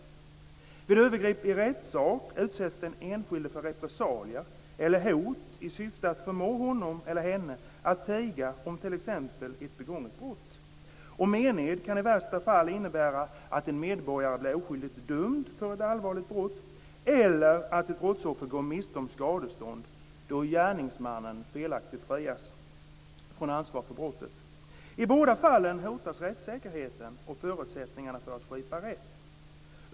Vid övergrepp i rättssak utsätts den enskilde för repressalier eller hot i syfte att förmå honom eller henne att tiga om t.ex. ett begånget brott. Mened kan i värsta fall innebära att en medborgare blir oskyldigt dömd för ett allvarligt brott eller att ett brottsoffer går miste om skadestånd då gärningsmannen felaktigt frias från ansvar för brottet. I båda fallen hotas rättssäkerheten och förutsättningarna för att skipa rätt.